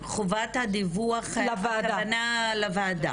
רגע, חובת הדיווח, הכוונה לוועדה.